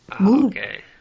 Okay